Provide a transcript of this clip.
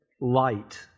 light